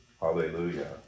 Hallelujah